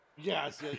Yes